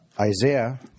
Isaiah